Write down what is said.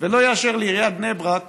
ולא יאשר לעיריית בני ברק